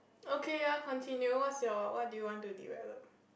okay ya continue what's your what do you want to develop